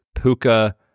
Puka